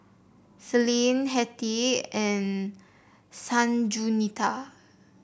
Celine Hettie and Sanjuanita